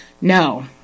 No